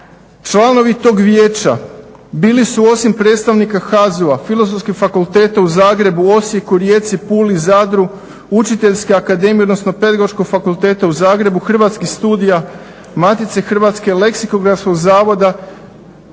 Članovi tog vijeća bili su osim predstavnika HAZU-a Filozofskih fakulteta u Zagrebu, Osijeku, Rijeci, Puli, Zadru, Učiteljske akademije, odnosno Pedagoškog fakulteta u Zagrebu, hrvatskih studija, Matice Hrvatske, Leksikografskog zavoda